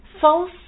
false